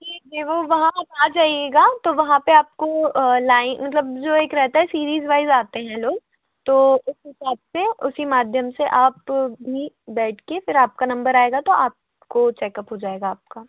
ठीक है वो वहाँ आप आ जाइएगा तो वहाँ पर आप को लाइन मतलब जो एक रहता है सिरीज़ वाइज़ आते हैं लोग तो उस हिसाब से उसी माध्यम से आप भी बैठ के फिर आप का नंबर आएगा तो आप को चेकअप हो जाएगा आप का